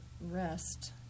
rest